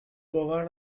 باور